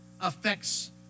affects